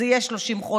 זה יהיה 30 חודש,